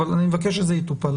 אבל אני מבקש שזה יטופל.